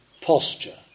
posture